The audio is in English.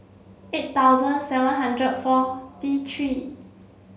eight thousand seven hundred forty three